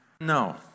no